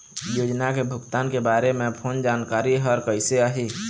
योजना के भुगतान के बारे मे फोन जानकारी हर कइसे आही?